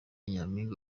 nyaminga